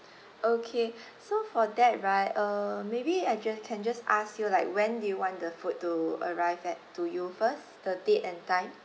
okay so for that right uh maybe I just can just ask you like when do you want the food to arrive at to you first the date and time